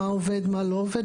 מה עובד, מה לא עובד?